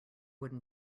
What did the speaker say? wooden